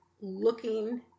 looking